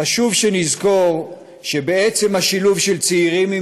חשוב שנזכור שבעצם השילוב של צעירים עם